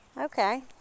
Okay